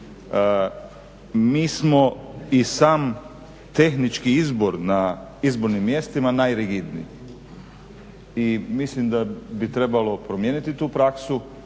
Mi smo i sam tehnički izbor na izbornim mjestima najrigidniji. I mislim da bi trebalo promijeniti tu praksu.